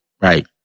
Right